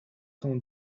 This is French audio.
cent